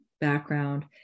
background